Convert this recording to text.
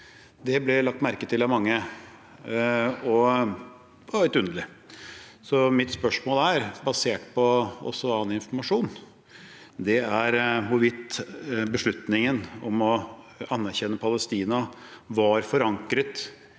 Det ble lagt merke til av mange, og det var litt underlig. Mitt spørsmål – basert på også annen informasjon – er hvorvidt beslutningen om å anerkjenne Palestina var forankret